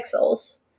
pixels